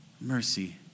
mercy